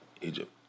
Egypt